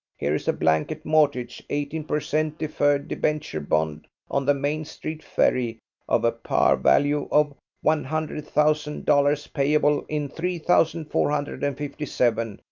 here is a blanket mortgage eighteen percent deferred debenture bond on the main street ferry of a par value of one hundred thousand dollars payable in three thousand four hundred and fifty seven,